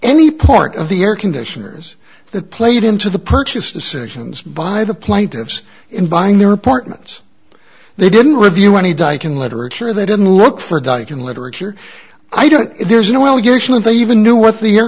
any part of the air conditioners that played into the purchase decisions by the plaintiffs in buying their apartments they didn't review any dyken literature they didn't look for diking literature i don't there's no allegation and they even knew what the air